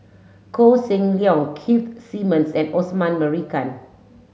Koh Seng Leong Keith Simmons and Osman Merican